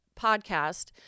podcast